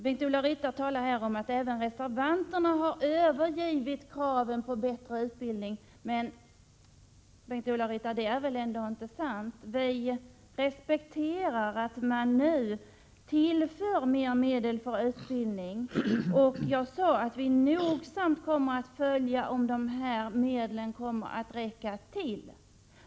Bengt-Ola Ryttar talar här om att även reservanterna har övergivit kraven på bättre utbildning. Men det är väl ändå inte sant, Bengt-Ola Ryttar. Vi respekterar att man nu tillför mer medel för utbildning, och jag sade att vi noga skall följa utvecklingen och se om dessa medel kommer att räcka till.